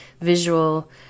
visual